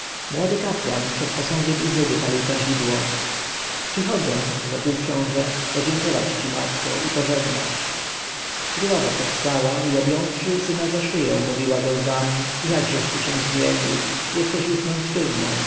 młody kapłan przed posągiem izydy palił kadzidło przychodzę rzekł książę podziękować ci matko i pożegnać królowa powstała i objąwszy syna za szyję mówiła ze łzami jakżeś ty się zmienił jesteś już mężczyzną